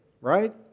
right